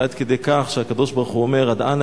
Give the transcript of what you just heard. עד כדי כך שהקדוש-ברוך-הוא אומר: "עד אנה